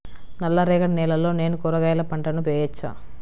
నల్ల రేగడి నేలలో నేను కూరగాయల పంటను వేయచ్చా?